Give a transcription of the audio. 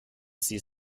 sie